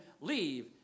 leave